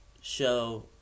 show